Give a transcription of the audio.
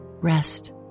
rest